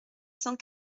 cent